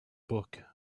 book